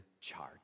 charge